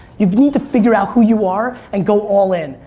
you need to figure out who you are and go all in.